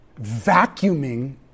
vacuuming